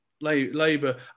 Labour